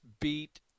beat